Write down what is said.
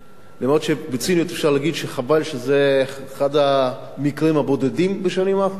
למרות שבציניות אפשר להגיד שחבל שזה אחד המקרים הבודדים בשנים האחרונות,